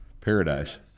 Paradise